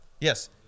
Yes